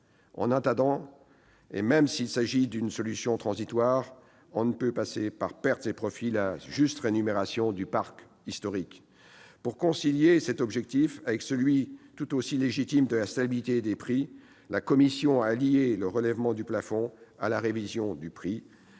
En attendant, et même s'il s'agit d'une solution transitoire, on ne peut pas passer par pertes et profits la juste rémunération du parc historique. Pour concilier cet objectif avec celui, tout aussi légitime, de la stabilité des prix, la commission a lié le relèvement du plafond à la révision du prix